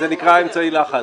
היושב ראש, זה נקרא אמצעי לחץ.